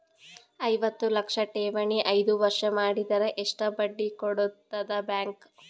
ಐವತ್ತು ಲಕ್ಷ ಠೇವಣಿ ಐದು ವರ್ಷ ಮಾಡಿದರ ಎಷ್ಟ ಬಡ್ಡಿ ಕೊಡತದ ಬ್ಯಾಂಕ್?